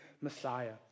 Messiah